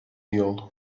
yol